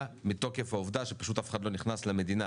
מתוקף העובדה שפשוט אף אחד לא נכנס למדינה.